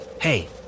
Hey